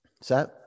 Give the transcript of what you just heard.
set